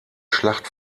schlacht